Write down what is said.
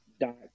Dot